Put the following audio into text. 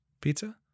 pizza